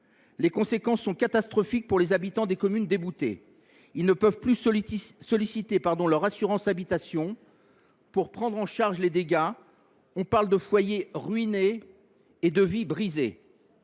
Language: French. Les conséquences sont catastrophiques pour les habitants des communes déboutées, qui ne peuvent plus solliciter leur assurance habitation pour prendre en charge les dégâts – on parle de foyers ruinés et de vies brisées.